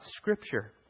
Scripture